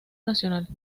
nacional